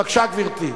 בבקשה, גברתי.